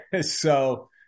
so-